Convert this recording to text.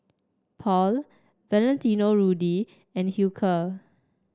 Paul Valentino Rudy and Hilker